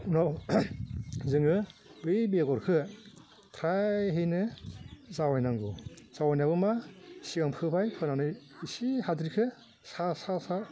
उनाव जोङो बै बेगरखौ थाइहैनो जावैनांगौ जावैनायाबो मा सिगां फोबाय फोनानै एसे हाद्रिखौ सा सा सा